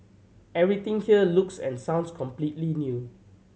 everything here looks and sounds completely new